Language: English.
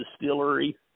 distillery